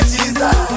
Jesus